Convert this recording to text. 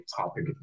topic